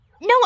No